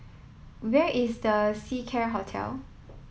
where is The Seacare Hotel